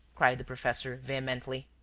cried the professor, vehemently,